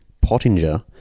pottinger